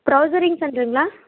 ப்ரவ்சரிங் சென்டருங்களா